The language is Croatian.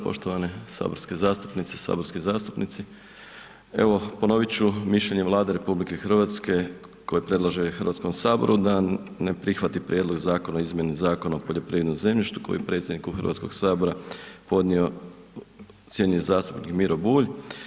Poštovane saborske zastupnice, saborski zastupnici, evo ponovit ću mišljenje Vlade RH koje predlaže i Hrvatskom saboru da prihvati Prijedlog Zakona o izmjeni Zakona o poljoprivrednom zemljištu koji predsjedniku Hrvatskog sabora podnio cijenjeni zastupnik Miro Bulj.